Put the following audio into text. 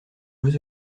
jeux